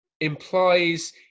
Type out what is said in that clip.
implies